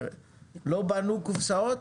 לא בנו קופסאות?